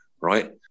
right